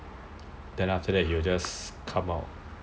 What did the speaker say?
then after that he'll just come out